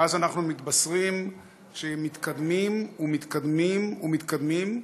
ואז אנחנו מתבשרים שמתקדמים ומתקדמים ומתקדמים,